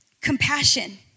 Compassion